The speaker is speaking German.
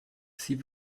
sie